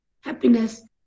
happiness